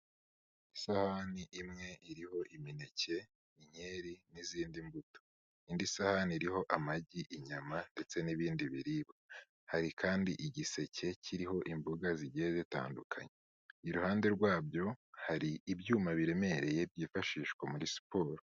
Isahani imwe iriho imineke, inkeri n'izindi mbuto, indi sahani iriho amagi, inyama ndetse n'ibindi biribwa, hari kandi igiseke kiriho imboga zigiye zitandukanye, iruhande rwabyo hari ibyuma biremereye byifashishwa muri siporo.